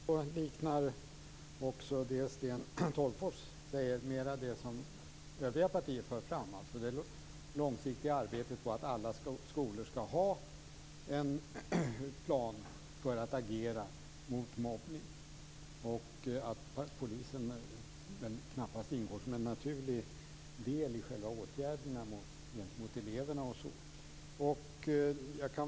Fru talman! Jag tackar för svaret. Det gör mig betydligt lugnare. Det Sten Tolgfors sade liknar mer det som övriga partier har fört fram. Det är fråga om ett långsiktigt arbete och att alla skolor skall ha en plan för att agera mot mobbning. Polisen ingår knappast som en naturlig del i åtgärderna mot eleverna.